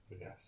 Yes